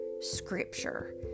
scripture